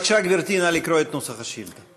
בבקשה, גברתי, נא לקרוא את נוסח השאילתה.